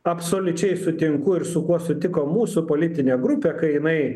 absoliučiai sutinku ir su kuo sutiko mūsų politinė grupė kai jinai